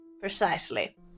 Precisely